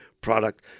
product